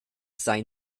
sein